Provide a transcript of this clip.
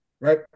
right